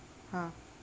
हां